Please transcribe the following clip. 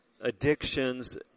addictions